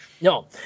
No